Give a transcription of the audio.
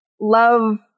love